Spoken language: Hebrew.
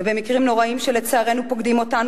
ובמקרים נוראים שלצערנו פוקדים אותנו